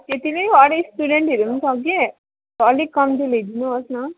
त्यति नै हो अरू स्टुडेन्टहरू पनि छ के अलिक कम्ती लिइदिनु होस् न